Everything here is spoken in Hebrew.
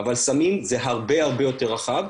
אבל סמים זה הרבה יותר רחב,